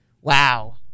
Wow